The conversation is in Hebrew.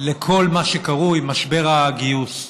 לכל מה שקרוי משבר הגיוס.